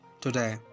today